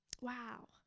Wow